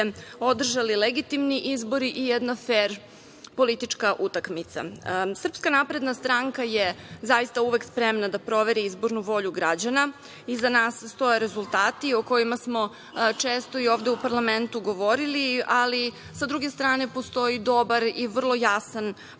održali legitimni izbori i jedna fer politička utakmica. Srpska napredna stranka je zaista uvek spremna da proveri izbornu volju građana. Iza nas stoje rezultati o kojima smo često i ovde u parlamentu govorili, ali sa druge strane postoji dobar i vrlo jasan